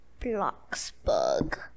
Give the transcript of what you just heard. Bloxburg